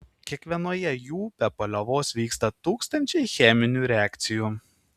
kiekvienoje jų be paliovos vyksta tūkstančiai cheminių reakcijų